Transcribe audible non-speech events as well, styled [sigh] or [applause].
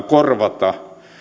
[unintelligible] korvata